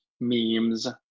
memes